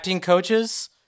coaches